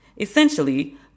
essentially